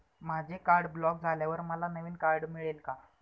माझे card block झाल्यावर मला नवीन कार्ड मिळेल का?